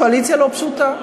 קואליציה לא פשוטה.